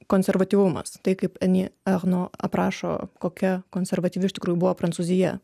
konservatyvumas tai kaip ani echno aprašo kokia konservatyvi iš tikrųjų buvo prancūzija